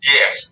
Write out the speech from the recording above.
Yes